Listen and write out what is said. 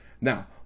now